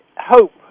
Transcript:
Hope